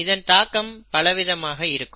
இதன் தாக்கம் பல விதமாக இருக்கும்